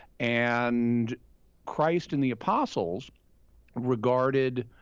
and christ and the apostles regarded,